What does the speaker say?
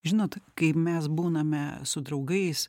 žinot kaip mes būname su draugais